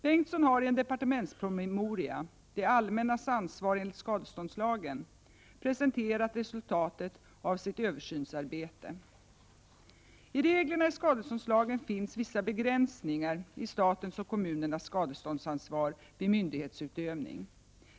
Bengtsson har i en departementspromemoria, Det allmännas ansvar enligt skadeståndslagen, presenterat resultatet av sitt översynsarbete. I reglerna i skadeståndslagen finns vissa begränsningar i statens och kommunernas skadeståndsansvar vid myndighetsutövning.